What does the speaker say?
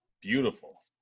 beautiful